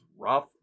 rough